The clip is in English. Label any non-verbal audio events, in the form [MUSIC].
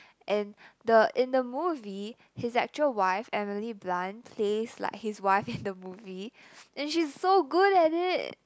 and the in the movie his actual wife Emily Blunt plays like his wife [LAUGHS] in the movie and she's so good at it